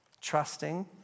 Trusting